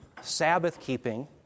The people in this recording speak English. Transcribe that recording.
Sabbath-keeping